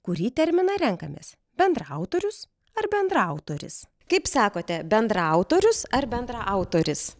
kurį terminą renkamės bendraautorius ar bendraautoris kaip sakote bendraautorius ar bendraautoris